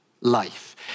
life